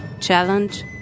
challenge